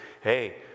Hey